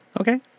Okay